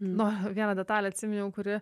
nuo vieną detalę atsiminiau kuri